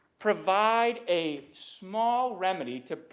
provide a small remedy to,